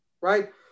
right